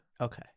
Okay